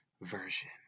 version